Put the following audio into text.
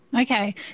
okay